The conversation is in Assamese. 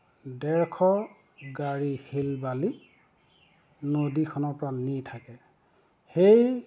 ডেৰশ গাড়ী শিল বালি নদীখনৰপৰা নি থাকে সেই